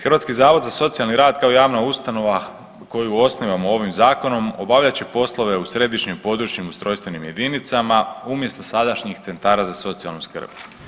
Hrvatski zavod za socijalni rad kao javna ustanova koju osnivamo ovim Zakonom, obavljat će poslove u središnjim, područnim ustrojstvenim jedinicama, umjesto sadašnjih centara za socijalnu skrb.